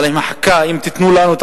אבל אם תיתנו לנו,